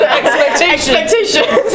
expectations